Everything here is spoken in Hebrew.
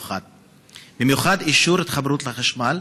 במיוחד באישור התחברות לחשמל.